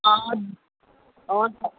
अँ हुन्छ